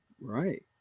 Right